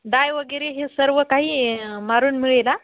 डाय वगैरे हे सर्व काही मारून मिळेल हां